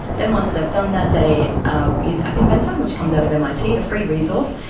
then once they've done that they ah use app inventor which comes out of mit, a free resource,